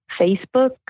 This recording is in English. Facebook